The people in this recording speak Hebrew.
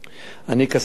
כשר הממונה,